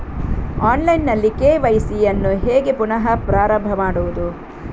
Online ನಲ್ಲಿ KYC ಯನ್ನು ಹೇಗೆ ಪುನಃ ಪ್ರಾರಂಭ ಮಾಡುವುದು?